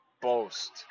boast